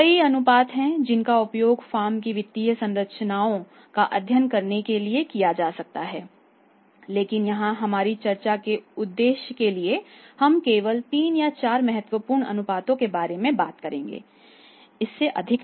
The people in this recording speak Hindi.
कई अनुपात हैं जिनका उपयोग फर्म की वित्तीय संरचनाओं का अध्ययन करने के लिए किया जा सकता है लेकिन यहां हमारी चर्चा के उद्देश्य के लिए हम केवल तीन या चार महत्वपूर्ण अनुपातों के बारे में बात करेंगे इससे अधिक नहीं